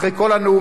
אחרי כל הנאומים,